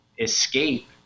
escape